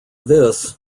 this